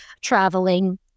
traveling